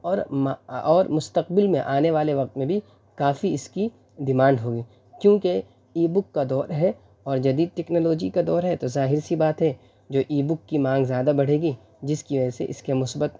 اور اور مستقبل میں آنے والے وقت میں بھی کافی اس کی ڈیمانڈ ہوگی کیوںکہ ای بک کا دور ہے اور جدید ٹکنالوجی کا دور ہے تو ظاہر سی بات ہے جو ای بک کی مانگ زیادہ بڑھے گی جس کی وجہ سے اس کے مثبت